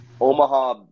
Omaha